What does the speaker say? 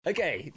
Okay